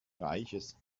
reiches